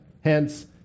Hence